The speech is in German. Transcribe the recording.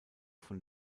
von